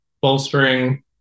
bolstering